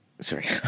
Sorry